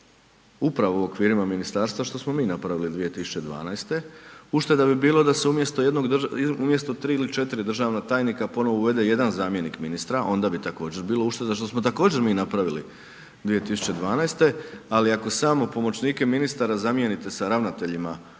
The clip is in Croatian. uprave u okvirima ministarstva što smo mi napravili 2012. Ušteda bi bila da se umjesto 3 ili 4 državna tajnika ponovno uvede jedan zamjenik ministra, onda bi također bilo uštede što smo također mi napravili 2012. ali ako samo pomoćnike ministara zamijenite sa ravnateljima